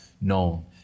known